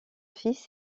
fils